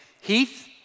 Heath